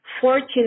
fortune